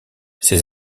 ses